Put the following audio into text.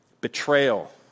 Betrayal